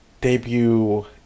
debut